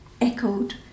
echoed